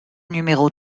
numéro